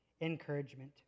encouragement